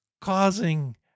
causing